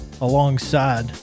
alongside